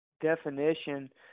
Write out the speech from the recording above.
definition